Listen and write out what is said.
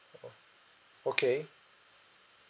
oh okay